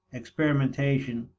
experimentation,